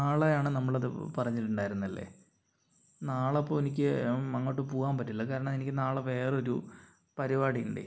നാളെയാണ് നമ്മളത് പറഞ്ഞിട്ടുണ്ടായിരുന്നില്ലേ നാളെ ഇപ്പോൾ എനിക്ക് അങ്ങോട്ട് പോകാൻ പറ്റില്ല കാരണം എനിക്ക് നാളെ വേറൊരു പരിപാടിയുണ്ടേ